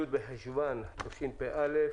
י' בחשוון התשפ"א,